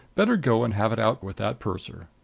better go and have it out with that purser.